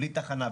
בלי תחנה,